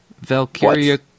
Valkyria